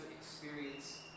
experience